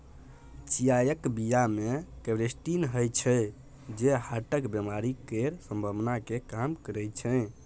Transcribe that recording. चियाक बीया मे क्वरसेटीन होइ छै जे हार्टक बेमारी केर संभाबना केँ कम करय छै